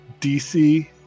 DC